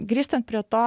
grįžtant prie to